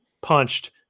punched